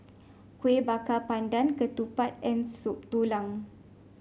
Kueh Bakar Pandan Ketupat and Soup Tulang